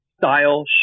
style